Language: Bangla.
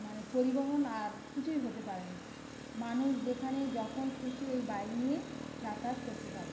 মানে পরিবহন আর কিছুই হতে পারে না মানুষ যেখানে যখন খুশি এই বাইক নিয়ে যাতায়াত করতে পারে